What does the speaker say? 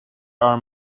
are